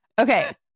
Okay